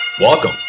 Welcome